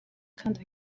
kandi